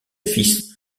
fils